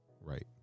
Right